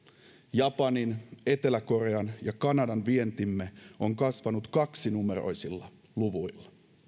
japanin etelä korean ja kanadan vientimme on kasvanut kaksinumeroisilla luvuilla